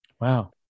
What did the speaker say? wow